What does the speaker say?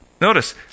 Notice